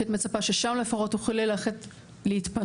כשאת מצפה ששם לפחות תוכלי ללכת להתפנות,